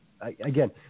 again